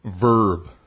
verb